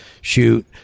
shoot